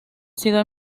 sido